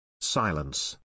Silence